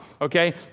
okay